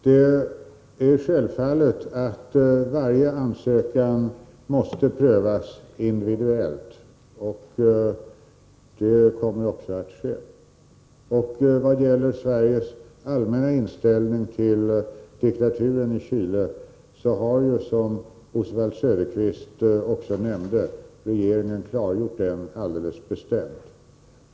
Herr talman! Självfallet måste varje ansökan prövas individuellt. Det kommer också att ske. I vad gäller Sveriges allmänna uppfattning om diktaturen i Chile har ju regeringen, som Oswald Söderqvist nämnde, klargjort sin inställning alldeles bestämt.